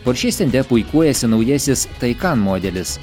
poršė stende puikuojasi naujasis taikan modelis